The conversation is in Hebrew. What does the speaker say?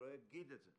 לא אגיד את זה.